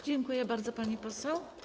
Dziękuję bardzo, pani poseł.